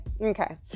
Okay